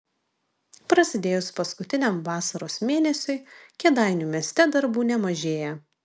prasidėjus paskutiniam vasaros mėnesiui kėdainių mieste darbų nemažėja